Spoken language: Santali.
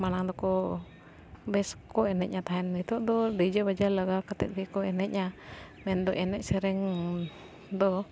ᱢᱟᱲᱟᱝ ᱫᱚᱠᱚ ᱵᱮᱥ ᱠᱚ ᱮᱱᱮᱡ ᱛᱟᱦᱮᱱ ᱱᱤᱛᱳᱜ ᱫᱚ ᱰᱤᱡᱮ ᱵᱟᱡᱟᱣ ᱞᱟᱜᱟᱣ ᱠᱟᱛᱮᱫ ᱜᱮᱠᱚ ᱮᱱᱮᱡᱟ ᱢᱮᱱᱫᱚ ᱮᱱᱮᱡ ᱥᱮᱨᱮᱧ ᱫᱚ